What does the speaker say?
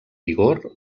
vigor